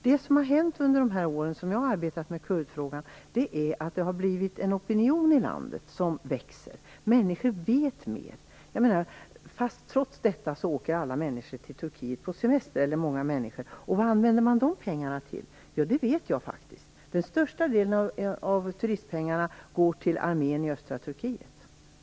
Det som har hänt under de år som jag har arbetat med kurdfrågan är att det har blivit en växande opinion i landet - människor vet mer. Trots detta åker många människor till Turkiet på semester. Vad används dessa pengar till? Det vet jag faktiskt. Den största delen av turistpengarna går nämligen till armén i östra Turkiet.